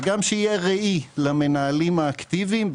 וגם שיהיה ראי למנהלים האקטיביים,